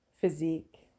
physique